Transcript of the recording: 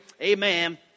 amen